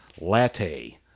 latte